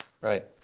Right